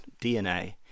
DNA